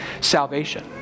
salvation